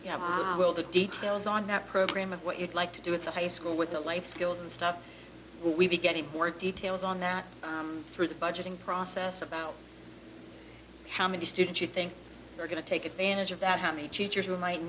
sons will the details on that program of what you'd like to do with the high school with the life skills and stuff we'd be getting more details on that through the budgeting process about how many students you think are going to take advantage of that happy teachers who might